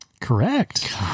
Correct